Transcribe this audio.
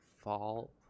fall